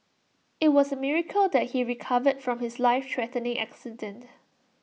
IT was A miracle that he recovered from his life threatening accident